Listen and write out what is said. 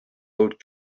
old